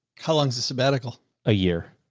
kellogg's a sabbatical a year.